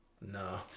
No